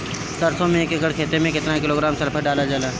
सरसों क एक एकड़ खेते में केतना किलोग्राम सल्फर डालल जाला?